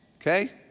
Okay